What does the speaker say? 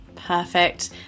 Perfect